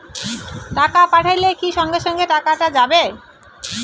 টাকা পাঠাইলে কি সঙ্গে সঙ্গে টাকাটা যাবে?